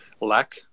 lack